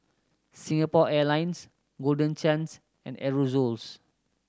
Singapore Airlines Golden Chance and Aerosoles